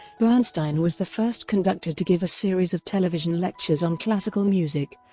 bernstein was the first conductor to give a series of television lectures on classical music,